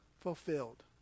fulfilled